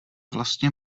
vlastně